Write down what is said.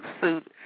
suit